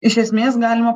iš esmės galima